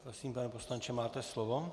Prosím, pane poslanče, máte slovo.